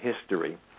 history